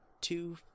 two